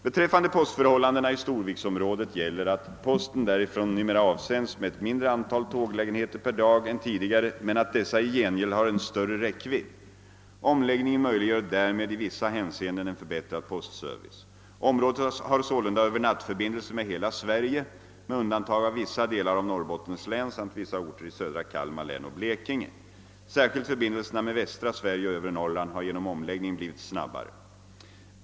Beträffande postförhållandena i Storviksområdet gäller att posten därifrån numera avsänds med ett mindre antal tåglägenheter per dag än tidigare men att dessa i gengäld har en större räckvidd. Omläggningen möjliggör därmed i vissa hänseenden en förbättrad postservice. Området har sålunda övernattförbindelser med hela Sverige med undantag av vissa delar av Norrbottens län samt vissa orter i södra Kalmar län och Blekinge. Särskilt förbindelserna med västra Sverige och övre Norrland har genom omläggningen blivit snabbare.